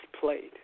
played